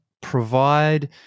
provide